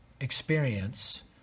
experience